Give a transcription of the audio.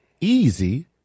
easy